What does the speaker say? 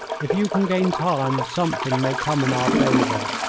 if you can gain time something may come in our favour.